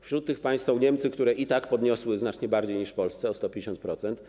Wśród tych państw są Niemcy, które i tak podniosły opłaty znacznie bardziej niż w Polsce, bo o 150%.